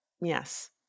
Yes